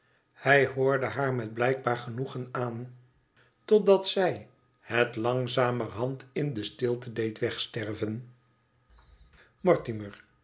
hij hoorde haar met blijkbaar genoegen aan totdat zij het langzamerhand in de stilte deed wegsterven